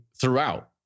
throughout